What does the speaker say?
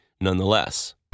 nonetheless